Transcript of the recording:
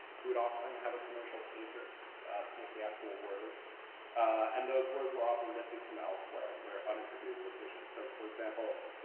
he would often have a commercial painter paint the actual words and those words were often lifted from elsewhere. they're unattributed quotations, so for example,